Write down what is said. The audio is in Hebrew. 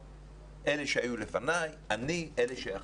אלה שהיו לפניי, אני, אלה שאחריי,